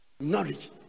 Knowledge